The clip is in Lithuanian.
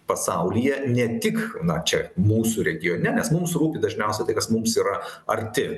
pasaulyje ne tik na čia mūsų regione nes mūsų dažniausia tai kas mums yra arti